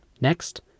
Next